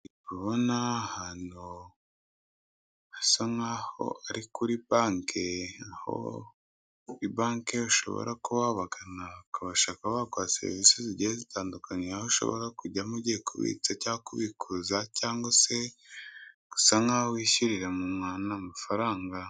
Ndi kubona ahantu hasa nk'aho ari kuri banke, aho kuri banke ushobora kuba wabagana bakabashaka kuba baguha serivisi zigiye zitandukanye, aho ushobora kujyamo ugiye kubitsa cyangwa kubikuza cyangwa se gusa nk'aho wishyurira umuntu amafaranga.